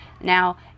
Now